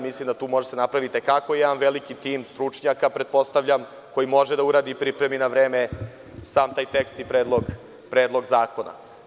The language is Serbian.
Mislim da tu može da se napravi jedan veliki tim stručnjaka, pretpostavljam, koji može da uradi i pripremi na vreme sam taj tekst i predlog zakona.